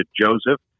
Joseph